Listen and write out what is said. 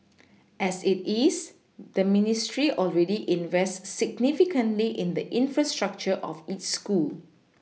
as it is the ministry already invests significantly in the infrastructure of each school